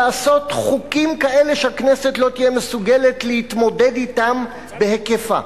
לעשות חוקים כאלה שהכנסת לא תהיה מסוגלת להתמודד אתם בהיקפם.